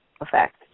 effect